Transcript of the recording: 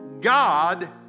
God